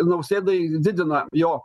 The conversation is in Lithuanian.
nausėdai didina jo